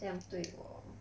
这样对我